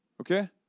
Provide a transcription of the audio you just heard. Okay